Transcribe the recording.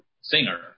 singer